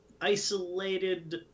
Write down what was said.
isolated